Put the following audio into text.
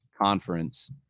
conference